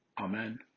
Amen